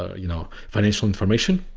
ah you know financial information,